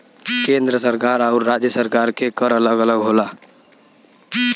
केंद्र सरकार आउर राज्य सरकार के कर अलग अलग होला